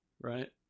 right